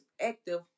active